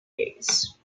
days